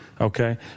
Okay